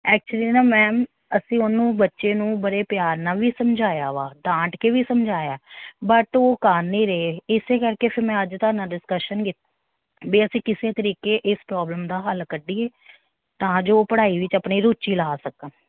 actually ਨਾ ma'am ਅਸੀਂ ਉਹਨੂੰ ਬੱਚੇ ਨੂੰ ਬੜੇ ਪਿਆਰ ਨਾਲ ਵੀ ਸਮਝਾਇਆ ਵਾ ਡਾਂਟ ਕੇ ਵੀ ਸਮਝਾਇਆ ਬਟ ਉਹ ਕਰ ਨਹੀਂ ਰਹੇ ਇਸ ਕਰਕੇ ਫਿਰ ਮੈਂ ਅੱਜ ਤੁਹਾਡੇ ਨਾਲ ਡਿਸਕਸ਼ਨ ਕੀਤੀ ਵੀ ਅਸੀਂ ਕਿਸੇ ਤਰੀਕੇ ਇਸ ਪ੍ਰੋਬਲਮ ਦਾ ਹੱਲ ਕੱਢੀਏ ਤਾਂ ਜੋ ਉਹ ਪੜ੍ਹਾਈ ਵਿੱਚ ਆਪਣੀ ਰੁਚੀ ਲਾ ਸਕਣ